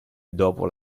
dopo